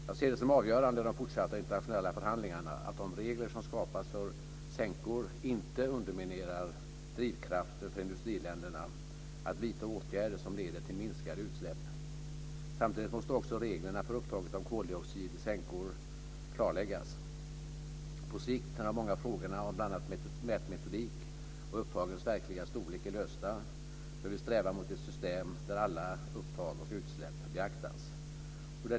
Jag ser det som avgörande i de fortsatta internationella förhandlingarna att de regler som skapas för sänkor inte underminerar drivkraften för industriländerna att vidta åtgärder som leder till minskade utsläpp. Samtidigt måste också reglerna för upptaget av koldioxid i sänkor klarläggas. På sikt, när de många frågorna om bl.a. mätmetodik och upptagens verkliga storlek är lösta, bör vi sträva mot ett system där alla upptag och utsläpp beaktas.